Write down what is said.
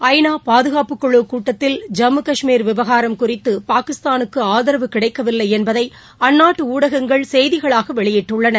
ஐ நா பாதுகாப்புக் குழுக் கூட்டத்தில் ஜம்மு கஷ்மீர் விவாகரம் குறிதது பாகிஸ்தானுக்கு ஆதரவு கிடைக்கவில்லை என்பதை அந்நாட்டு ஊடகங்கள் செய்திகளாக வெளியிட்டுள்ளன